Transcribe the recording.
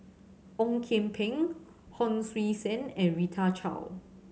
Ong Kian Peng Hon Sui Sen and Rita Chao